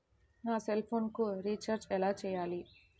నా సెల్ఫోన్కు రీచార్జ్ ఎలా చేయాలి?